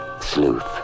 Sleuth